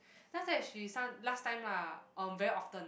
just that she some last time lah um very often